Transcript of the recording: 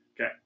Okay